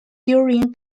during